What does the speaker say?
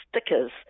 stickers